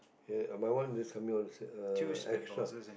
ya mine one is coming out is extra